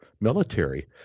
Military